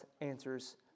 answers